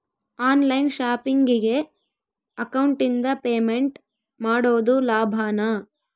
On line ಶಾಪಿಂಗಿಗೆ ಅಕೌಂಟಿಂದ payment ಮಾಡೋದು ಲಾಭಾನ?